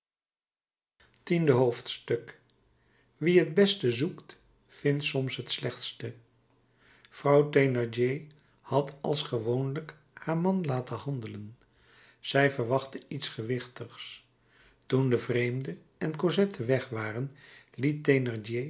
tiende hoofdstuk wie het beste zoekt vindt soms het slechtste vrouw thénardier had als gewoonlijk haar man laten handelen zij verwachtte iets gewichtigs toen de vreemde en cosette weg waren liet